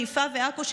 חיפה ועכו,